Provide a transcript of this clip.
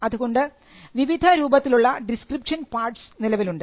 അതുകൊണ്ട് വിവിധ രൂപത്തിലുള്ള ഡിസ്ക്രിപ്ഷൻ പാർട്സ് നിലവിലുണ്ട്